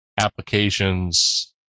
applications